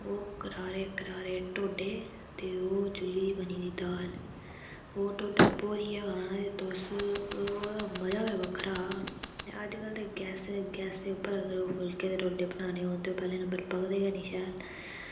ओह् करारे करारे ढोडे ते ओह् चुल्ली दी बनी दी दाल ओह् ढोडा भोरियै खाना तुस ओह्दा मजा गै बक्खरा हा अजकल्ल ते गैसें उप्पर अगर फुलके ते ढोडे बनाने होन ते ओह् पैह्ले नम्बर उप्पर पकदे गै निं शैल